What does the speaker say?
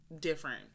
different